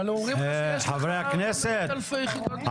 אבל אומרים לך שיש מאות אלפי יחידות דיור.